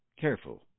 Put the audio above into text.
careful